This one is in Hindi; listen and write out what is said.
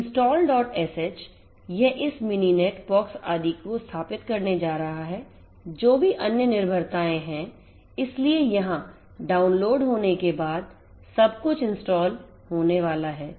तो installsh यह इस मिनीनेट पॉक्स आदि को स्थापित करने जा रहा है जो भी अन्य निर्भरताएं हैं इसलिए यहां डाउनलोड होने के बाद सब कुछ इंस्टॉल होने वाला है